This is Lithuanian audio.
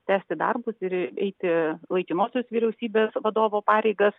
tęsti darbus ir eiti laikinosios vyriausybės vadovo pareigas